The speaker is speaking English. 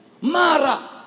Mara